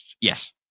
Yes